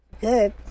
Good